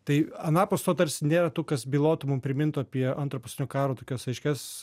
tai anapus to tarsi nėra tų kas bylotų mum primintų apie antro pasaulinio karo tokias aiškias